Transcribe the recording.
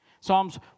Psalms